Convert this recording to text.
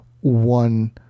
one